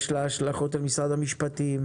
יש לה השלכות על משרד המשפטים.